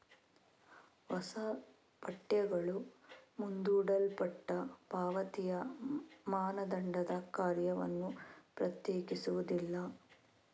ಹೊಸ ಪಠ್ಯಗಳು ಮುಂದೂಡಲ್ಪಟ್ಟ ಪಾವತಿಯ ಮಾನದಂಡದ ಕಾರ್ಯವನ್ನು ಪ್ರತ್ಯೇಕಿಸುವುದಿಲ್ಲ